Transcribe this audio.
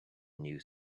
new